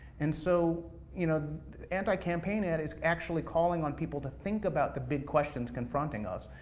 and so, you know anti campaign ad is actually calling on people to think about the big questions confronting us.